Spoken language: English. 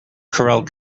corel